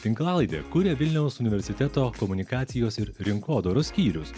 tinklalaidę kuria vilniaus universiteto komunikacijos ir rinkodaros skyrius